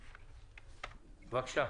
בבקשה.